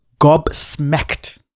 gobsmacked